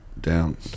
Down